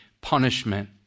punishment